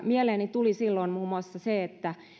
mieleeni tuli silloin muun muassa se että